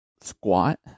squat